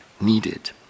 needed